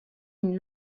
une